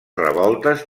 revoltes